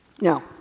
Now